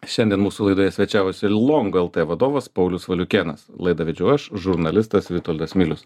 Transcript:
šiandien mūsų laidoje svečiavosi long lt vadovas paulius valiukėnas laidą vedžiau aš žurnalistas vitoldas milius